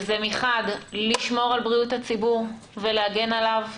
מחד, לשמור על בריאות הציבור ולהגן עליו,